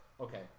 Okay